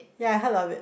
ya I heard of it